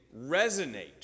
resonate